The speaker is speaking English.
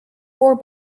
war